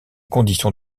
conditions